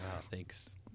Thanks